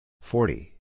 forty